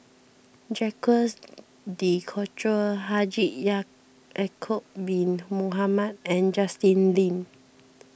Jacques De Coutre Haji Ya'Acob Bin Mohamed and Justin Lean